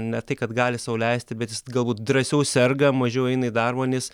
ne tai kad gali sau leisti bet jis galbūt drąsiau serga mažiau eina į darbą nes